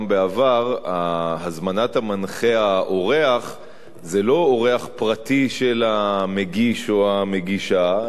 גם בעבר המנחה האורח שהוזמן לא היה אורח פרטי של המגיש או של המגישה,